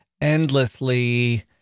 endlessly